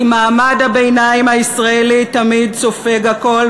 כי מעמד הביניים הישראלי תמיד סופג הכול,